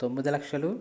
తొమ్మిది లక్షలు